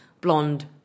blonde